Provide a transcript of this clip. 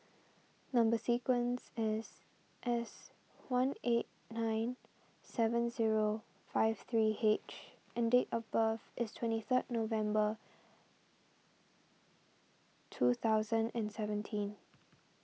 Number Sequence is S one eight nine seven zero five three H and date of birth is twenty third November two thousand and seventeen